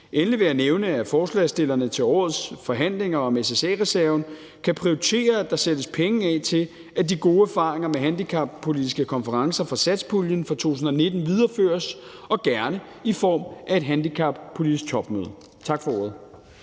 Endelig vil jeg nævne, at forslagsstillerne til årets forhandlinger om SSA-reserven kan prioritere, at der sættes penge af til, at de gode erfaringer med handicappolitiske konferencer fra satspuljen fra 2019 videreføres og gerne i form af et handicappolitisk topmøde. Tak for ordet.